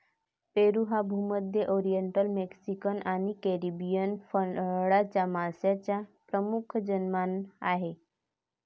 पेरू हा भूमध्य, oriental, Mexican आणि कॅरिबियन फळांच्या माश्यांचा प्रमुख यजमान आहे